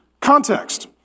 context